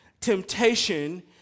temptation